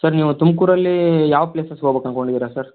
sir ನೀವು ತುಮಕೂರಲ್ಲೀ ಯಾವ ಪ್ಲೇಸಸ್ಗೆ ಹೋಗ್ಬೇಕಂದ್ಕೊಂಡಿದ್ದೀರಾ ಸರ್